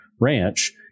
ranch